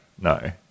no